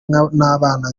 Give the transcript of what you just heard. n’abana